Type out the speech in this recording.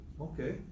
okay